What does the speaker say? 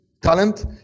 talent